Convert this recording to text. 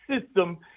system